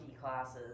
classes